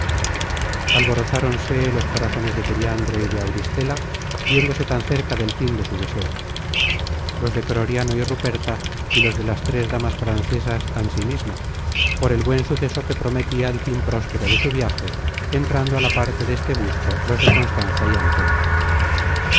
alborozáronse los corazones de periandro y de auristela viéndose tan cerca del fin de su deseo los de croriano y ruperta y los de las tres damas francesas ansimismo por el buen suceso que prometia el fin próspero de su viaje entrando a la parte deste gusto los de constanza y antonio